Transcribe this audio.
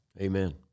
Amen